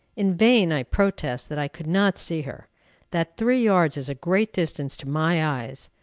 in vain i protest that i could not see her that three yards is a great distance to my eyes.